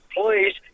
Please